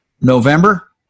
November